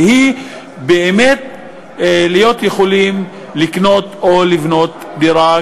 ובאמת יוכלו לקנות או לבנות דירה,